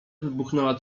wybuchnęła